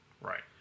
Right